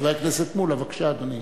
חבר הכנסת מולה, בבקשה, אדוני.